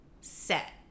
set